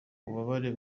ububabare